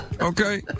Okay